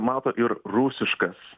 mato ir rusiškas